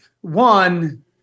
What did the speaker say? One